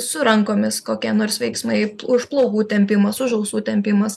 su rankomis kokie nors veiksmai už plaukų tempimas už ausų tempimas